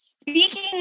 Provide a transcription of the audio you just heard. speaking